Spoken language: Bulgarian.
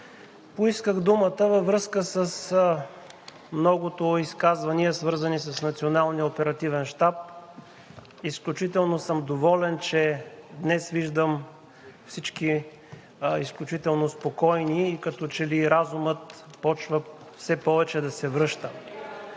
Поисках думата във връзка с многото изказвания, свързани с Националния оперативен щаб. Изключително съм доволен, че днес виждам всички изключително спокойни и като че ли разумът започва все повече да се връща.